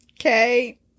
Okay